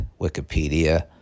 Wikipedia